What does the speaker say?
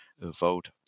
vote